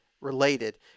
related